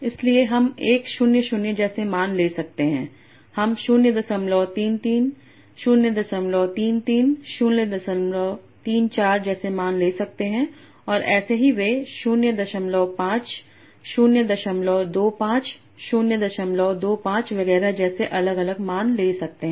इसलिए हम 1 0 0 जैसे मान ले सकते हैं हम 033 033 034 जैसे मान ले सकते हैं और ऐसे ही वे 05 025 025 वगैरह जैसे अलग अलग मान ले सकते हैं